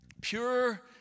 pure